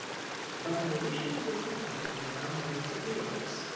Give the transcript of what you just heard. but an addition to the little party now made its appearance,